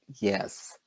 Yes